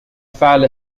فعل